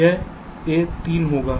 यह ए 3 होगा